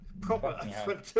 proper